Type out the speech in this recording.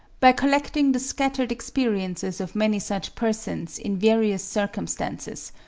by collecting the scattered experiences of many such persons in various circumstances,